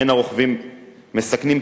אין הרוכבים מסכנים,